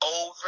over